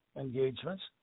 engagements